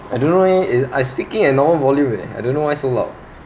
I don't know eh I speaking at normal volume eh I don't know why so loud